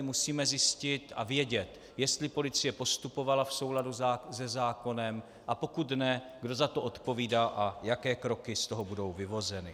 Musíme vědět, jestli policie postupovala v souladu se zákonem, a pokud ne, kdo za to odpovídá a jaké kroky z toho budou vyvozeny.